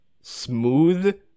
Smooth